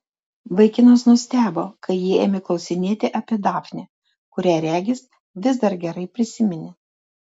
vaikinas nustebo kai ji ėmė klausinėti apie dafnę kurią regis vis dar gerai prisiminė